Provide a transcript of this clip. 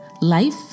life